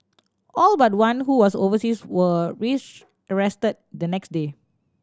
all but one who was overseas were rearrested the next day